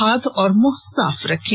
हाथ और मुंह साफ रखें